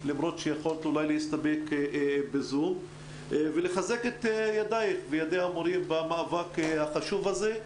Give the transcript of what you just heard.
למרות שיכולת להסתפק בזום ולחזק את ידייך וידי המורים במאבק החשוב הזה.